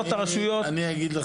אני אגיד לך.